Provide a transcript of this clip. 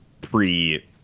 pre